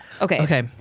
Okay